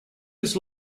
this